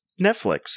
Netflix